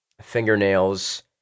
fingernails